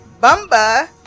bumba